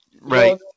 Right